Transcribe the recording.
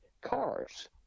cars